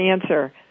answer